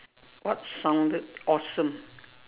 what sounded awesome